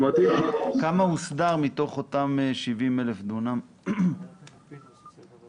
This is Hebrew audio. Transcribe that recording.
מתוך אותם 70,000 דונם כמה הוסדר?